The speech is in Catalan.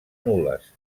nules